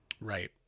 Right